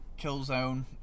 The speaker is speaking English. Killzone